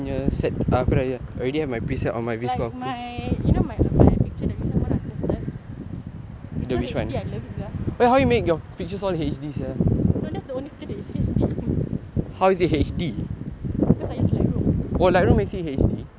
like my picture you know my picture with someone I posted it's so H_D I love it sia no that is the only picture that is H D because I used lightroom